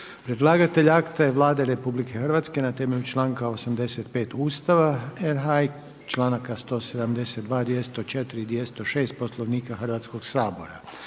Predlagatelj zakona je Vlada RH. Na temelju članka 85. Ustava RH i članka 172. i 204. Poslovnika Hrvatskog sabora,